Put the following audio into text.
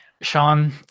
Sean